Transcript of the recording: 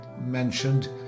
mentioned